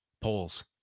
polls